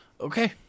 Okay